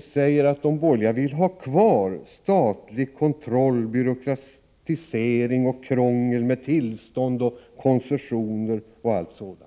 säger att de borgerliga vill ha kvar statlig kontroll, byråkrati och krångel med tillstånd, koncessioner och allt sådant.